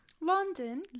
London